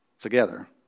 together